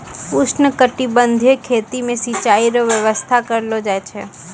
उष्णकटिबंधीय खेती मे सिचाई रो व्यवस्था करलो जाय छै